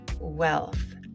wealth